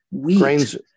Grains